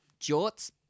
jorts